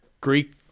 Greek